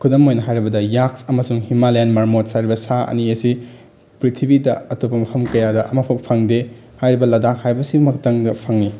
ꯈꯨꯗꯝ ꯑꯣꯏꯅ ꯍꯥꯏꯔꯕꯗ ꯌꯥꯛꯁ ꯑꯃꯁꯨꯡ ꯍꯤꯃꯥꯂꯌꯥꯟ ꯃ꯭ꯔꯃꯣꯠꯁ ꯍꯥꯏꯔꯤꯕ ꯁꯥ ꯑꯅꯤ ꯑꯁꯤ ꯄ꯭ꯔꯤꯊꯤꯕꯤꯗ ꯑꯇꯣꯞꯄ ꯃꯐꯝ ꯀꯌꯥꯗ ꯑꯃꯐꯥꯎ ꯐꯪꯗꯦ ꯍꯥꯏꯔꯤꯕ ꯂꯗꯥꯛ ꯍꯥꯏꯕꯁꯤꯃꯛꯇꯪꯗ ꯐꯪꯉꯤ